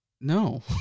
No